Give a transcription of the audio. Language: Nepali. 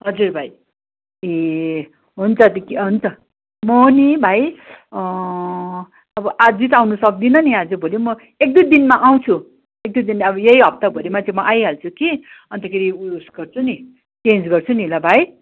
हजुर भाइ ए हुन्छ हुन्छ म पनि भाइ अब आजै त आउनु सक्दिनँ नि आज भोलि म एक दुई दिनमा आउँछु एक दुई दिन अब यही हप्ताभरिमा चाहिँ म आइहाल्छु कि अन्तखेरि उस गर्छु पनि चेन्ज गर्छु नि ल भाइ